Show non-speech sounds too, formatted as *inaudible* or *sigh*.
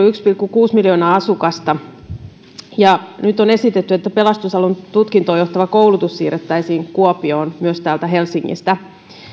*unintelligible* yksi pilkku kuusi miljoonaa asukasta nyt on esitetty että myös pelastusalan tutkintoon johtava koulutus siirrettäisiin kuopioon täältä helsingistä